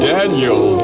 Daniel